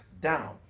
down